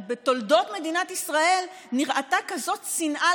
נראתה בתולדות מדינת ישראל כזאת שנאה